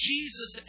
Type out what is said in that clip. Jesus